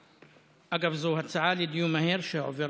אגב, זו הצעה לדיון מהיר שהפכה